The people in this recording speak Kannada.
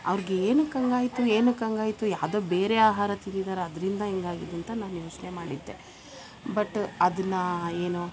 ಅವರಿಗೆ ಏನಕ್ಕೆ ಹಂಗಾಯ್ತು ಏನಕ್ಕೆ ಹಂಗಾಯ್ತು ಯಾವುದೋ ಬೇರೆ ಆಹಾರ ತಿಂದಿದ್ದಾರೆ ಅದರಿಂದ ಹಿಂಗಾಗಿದೆ ಅಂತ ನಾನು ಯೋಚನೆ ಮಾಡಿದ್ದೆ ಬಟ್ ಅದನ್ನ ಏನು